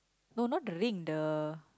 no not the ring the